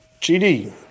GD